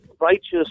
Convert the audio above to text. righteous